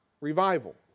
revival